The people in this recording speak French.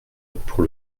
pour